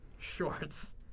shorts